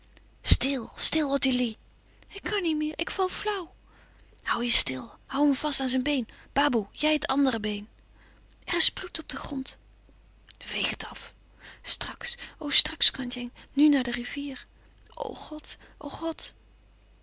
stil stil ottilie ik kan niet meer ik val flauw hoû je stil hoû hem vast aan zijn been baboe jij het andere been er is bloed op den grond louis couperus van oude menschen de dingen die voorbij gaan veeg het af straks o straks kandjeng nu naar de rivier o god o god